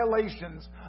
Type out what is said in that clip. violations